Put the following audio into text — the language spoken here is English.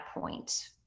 point